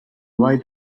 why